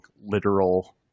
literal